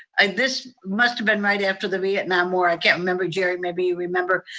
and this must have been right after the vietnam war. i can't remember jeri, maybe you remember,